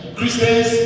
Christians